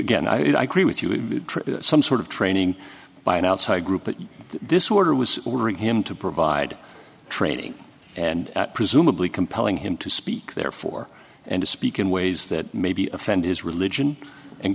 again i agree with you in some sort of training by an outside group but this water was ordering him to provide training and presumably compelling him to speak therefore and to speak in ways that maybe offend is religion and